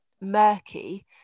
murky